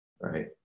right